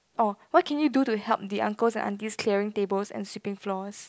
oh what can you do to help the uncles and aunties clearing tables and sweeping floors